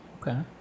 Okay